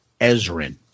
Ezrin